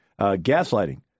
gaslighting